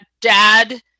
dad